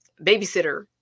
babysitter